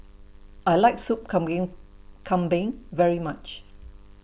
I like Sup Kambing very much